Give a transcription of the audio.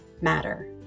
matter